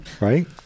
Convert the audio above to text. right